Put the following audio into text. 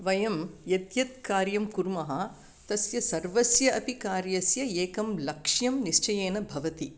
वयं यत् यत् कार्यं कुर्मः तस्य सर्वस्य अपि कार्यस्य एकं लक्ष्यं निश्चयेन भवति